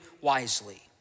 wisely